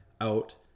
out